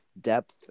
depth